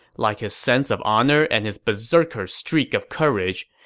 like his sense of honor and his beserker streak of courage,